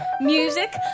Music